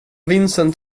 vincent